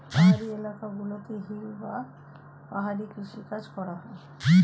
পাহাড়ি এলাকা গুলোতে হিল বা পাহাড়ি কৃষি কাজ করা হয়